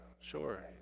Sure